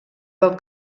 del